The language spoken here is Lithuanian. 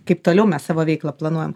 kaip toliau mes savo veiklą planuojam